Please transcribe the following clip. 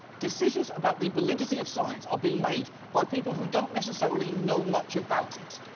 decisions about the validity of science are being made by people who don't necessarily know much about it.